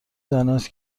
دانست